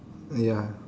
ya